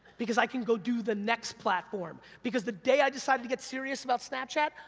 because i can go do the next platform, because the day i decided to get serious about snapchat,